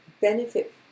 benefit